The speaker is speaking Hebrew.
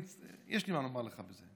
יש לי מה לומר לך בזה.